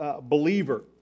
believer